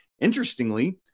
Interestingly